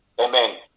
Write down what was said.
amen